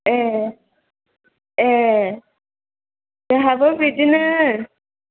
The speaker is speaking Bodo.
ए ए जोंहाबो बिदिनो